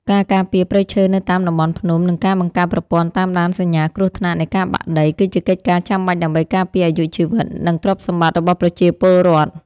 ការការពារព្រៃឈើនៅតាមតំបន់ភ្នំ និងការបង្កើតប្រព័ន្ធតាមដានសញ្ញាគ្រោះថ្នាក់នៃការបាក់ដី គឺជាកិច្ចការចាំបាច់ដើម្បីការពារអាយុជីវិត និងទ្រព្យសម្បត្តិរបស់ប្រជាពលរដ្ឋ។